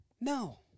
No